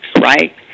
right